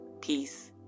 Peace